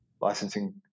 licensing